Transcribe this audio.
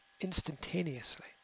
instantaneously